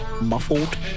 muffled